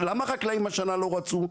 למה חקלאים השנה לא רצו?